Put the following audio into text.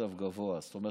זאת אומרת,